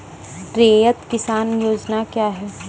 रैयत किसान योजना क्या हैं?